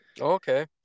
okay